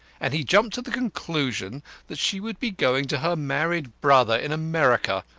and he jumped to the conclusion that she would be going to her married brother in america,